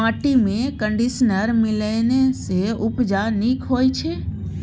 माटिमे कंडीशनर मिलेने सँ उपजा नीक होए छै